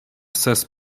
ses